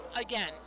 again